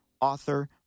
author